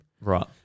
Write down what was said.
right